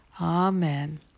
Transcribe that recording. Amen